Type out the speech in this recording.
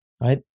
Right